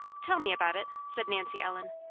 tell me about it, said nancy ellen.